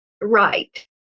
Right